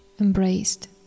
embraced